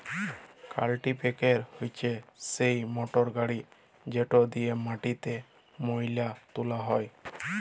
কাল্টিপ্যাকের হছে সেই মটরগড়ি যেট দিঁয়ে মাটিতে ময়লা তুলা হ্যয়